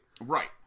Right